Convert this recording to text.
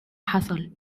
حصل